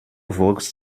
vogts